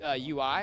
UI